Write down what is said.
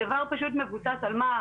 הדבר פשוט מבוסס על מה,